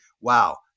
wow